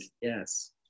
Yes